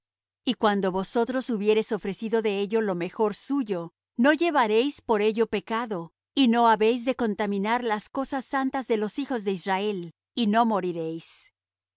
y cuando vosotros hubiereis ofrecido de ello lo mejor suyo no llevaréis por ello pecado y no habéis de contaminar las cosas santas de los hijos de israel y no moriréis